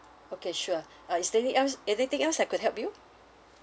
okay sure uh is there any else anything else I could help you